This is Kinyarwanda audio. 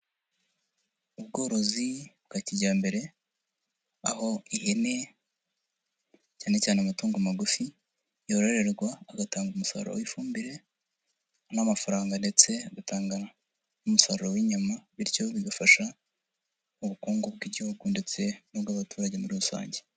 Ubworozi bwa kijyambere, aho ihene cyane cyane amatungo magufi yororerwa agatanga umusaruro w'ifumbire n'amafaranga ndetse agatanga n'umusaruro w'inyama bityo bigafasha mu bukungu bw'Igihugu ndetse n'ubw'abaturage muri rusange.